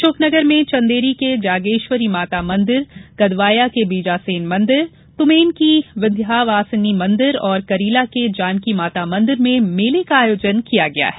अशोकनगर में चंदेरी के जागेश्वरी माता मंदिर कदवाया के बीजासेन मंदिर तुमेन की विंध्यवासिनी मंदिर और करीला के जानकीमाता मंदिर में मेले का आयोजन किया गया है